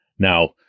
Now